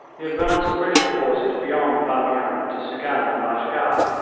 the advance of british forces beyond bamian to syghan and bajgah,